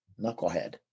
knucklehead